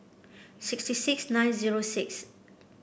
sixty six nine zero six